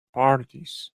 parties